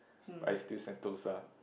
but it's still Sentosa